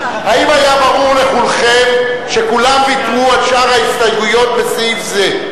האם היה ברור לכולכם שכולם ויתרו על שאר ההסתייגויות בסעיף זה?